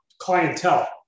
clientele